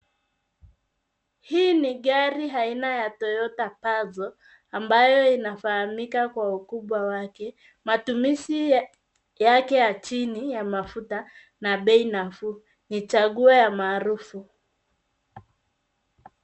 Hii ni gari aina ya Toyota Passo ambayo inafahamika kwa ukubwa wake matumizi yake ya chini ya mafuta na bei nafuu nichague maarufu.